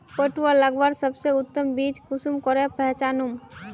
पटुआ लगवार सबसे उत्तम बीज कुंसम करे पहचानूम?